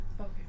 Okay